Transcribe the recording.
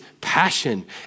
passion